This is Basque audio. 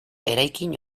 eraikin